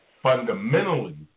Fundamentally